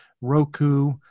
Roku